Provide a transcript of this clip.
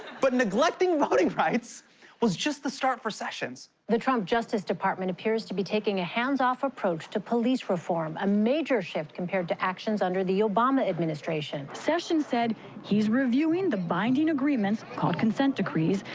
but neglecting voting rights was just the start for sessions. the trump justice department appears to be taking a hands-off approach to police reform, a major shift compared to actions under the obama administration. sessions said he's reviewing the binding agreements, called consent decrees,